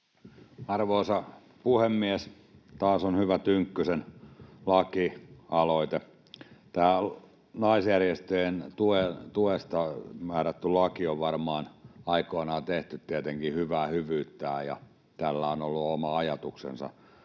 Arvoisa puhemies! Taas on hyvä Tynkkysen lakialoite. Tämä naisjärjestöjen tuesta määrätty laki on varmaan aikoinaan tehty tietenkin hyvää hyvyyttään, ja tällä on ollut oma ajatuksensa,